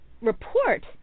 report